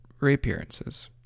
reappearances